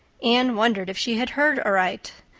anne wondered if she had heard aright.